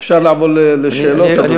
אפשר לעבור לשאלות, אדוני.